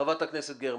חברת הכנסת גרמן.